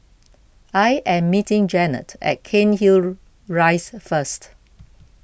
I am meeting Janet at Cairnhill Rise first